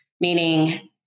meaning